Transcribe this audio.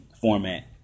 format